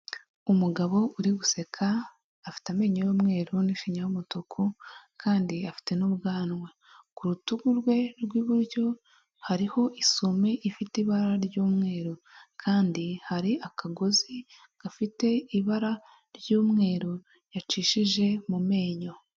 Umugabo uri guseka afite amenyo y'umweru n'ishinya y'umutuku kandi afite n'ubwanwa, ku rutugu rwe rw'iburyo hariho isume ifite ibara ry'umweru kandi hari akagozi gafite ibara ry'umweru yacishije mu menyo.